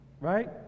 right